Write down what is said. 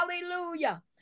Hallelujah